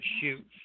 shoot